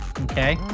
Okay